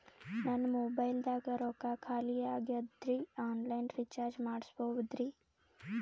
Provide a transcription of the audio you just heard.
ನನ್ನ ಮೊಬೈಲದಾಗ ರೊಕ್ಕ ಖಾಲಿ ಆಗ್ಯದ್ರಿ ಆನ್ ಲೈನ್ ರೀಚಾರ್ಜ್ ಮಾಡಸ್ಬೋದ್ರಿ?